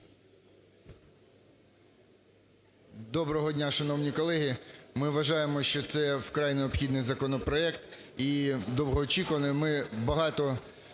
Доброго дня шановні колеги, ми вважаємо, що це вкрай необхідний законопроект і довгоочікуваний.